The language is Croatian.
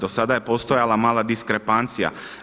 Do sada je postojala mala diskrepancija.